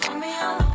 me on